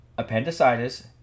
Appendicitis